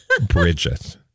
Bridget